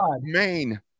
maine